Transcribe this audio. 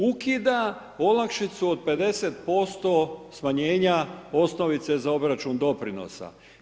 Ukida olakšicu od 50% smanjenja osnovice za obračun doprinosa.